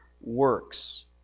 works